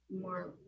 more